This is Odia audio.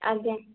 ଆଜ୍ଞା